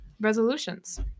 resolutions